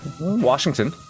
Washington